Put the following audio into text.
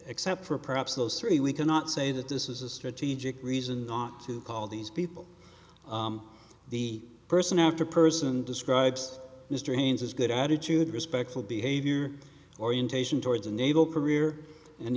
except for perhaps those three we cannot say that this is a strategic reason not to call these people the person after person describes mr haynes as good attitude respectful behavior orientation towards a naval career and